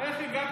איך הגעת